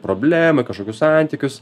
problemą kažkokius santykius